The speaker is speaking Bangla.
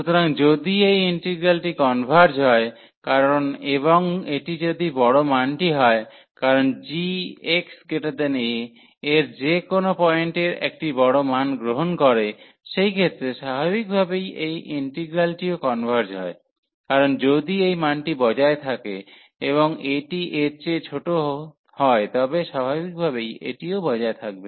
সুতরাং যদি এই ইন্টিগ্রালটি কনভার্জ হয় কারণ এবং এটি যদি বড় মানটি হয় কারণ g x a এর যে কোনও পয়েন্টের একটি বড় মান গ্রহণ করে সেই ক্ষেত্রে স্বাভাবিকভাবেই এই ইন্টিগ্রালটিও কনভার্জ হয় কারণ যদি এই মানটি বজায় থাকে এবং এটি এর চেয়ে ছোট তবে স্বাভাবিকভাবেই এটিও বজায় থাকবে